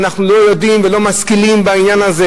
ואנחנו לא יודעים ולא משכילים בעניין הזה